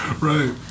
Right